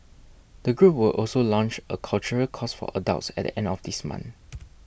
the group will also launch a cultural course for adults at the end of this month